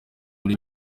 muri